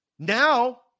Now